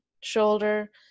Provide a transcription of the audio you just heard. shoulder